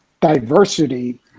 diversity